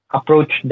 Approach